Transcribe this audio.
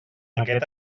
aquest